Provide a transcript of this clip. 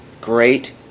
Great